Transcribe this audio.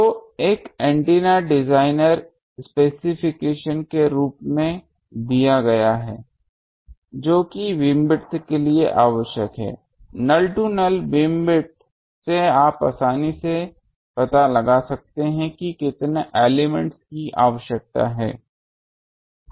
तो एक antenna designer specification के रूप में दिया गया है जो कि बीमविड्थ के लिए आवश्यक है नल टू नल बीमविड्थ से आप आसानी से पता लगा सकते हैं कि कितने एलिमेंट्स की आवश्यकता है